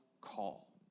call